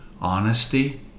Honesty